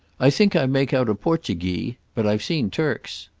i think i make out a portuguee. but i've seen turks.